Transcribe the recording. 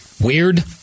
weird